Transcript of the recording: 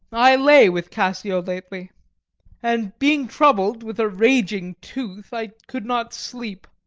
i lay with cassio lately and, being troubled with a raging tooth, i could not sleep.